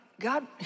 God